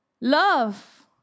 love